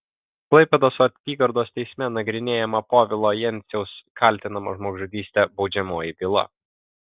klaipėdos apygardos teisme nagrinėjama povilo jenciaus kaltinamo žmogžudyste baudžiamoji byla